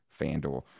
FanDuel